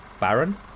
Baron